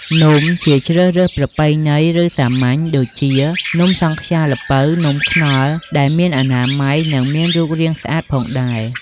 នំជាជ្រើសរើសប្រពៃណីឬសាមញ្ញ ដូចជា នំសង់ខ្យាល្ពៅ, នំខ្នុរ ដែលមានអនាម័យ និងមានរូបរាងស្អាតផងដែរ។